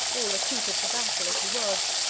all accoutered for battle as he was,